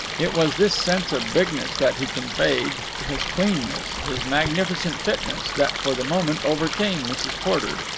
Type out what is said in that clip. it was this sense of bigness that he conveyed, his cleanness, his magnificent fitness, that for the moment overcame mrs. porter.